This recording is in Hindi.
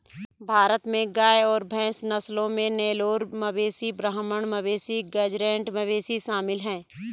भारत में गाय और भैंस नस्लों में नेलोर मवेशी ब्राह्मण मवेशी गेज़रैट मवेशी शामिल है